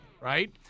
right